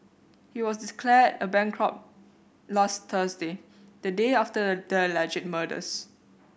he was declared a bankrupt last Thursday the day after the alleged murders